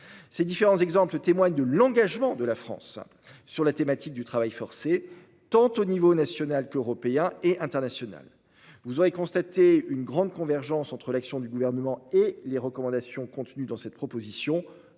Ces différents exemples témoignent de l'engagement de la France sur la thématique du travail forcé au niveau tant national, européen qu'international. Vous aurez constaté une grande convergence entre l'action du Gouvernement et les recommandations contenues dans cette proposition